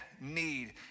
need